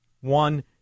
one